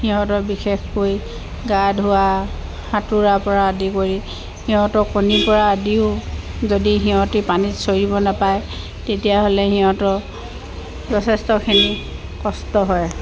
সিহঁতৰ বিশেষকৈ গা ধোৱা সাঁতোৰাৰ পৰা আদি কৰি সিহঁতৰ কণীৰ পৰা আদিও যদি সিহঁতে পানীত চৰিব নাপায় তেতিয়াহ'লে সিহঁতৰ যথেষ্টখিনি কষ্ট হয়